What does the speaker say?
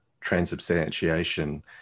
transubstantiation